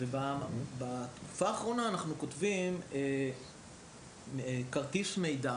בתקופה האחרונה אנחנו כותבים כרטיס מידע